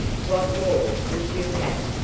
what more would you have?